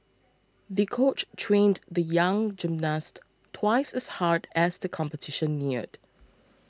the coach trained the young gymnast twice as hard as the competition neared